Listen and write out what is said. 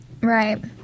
Right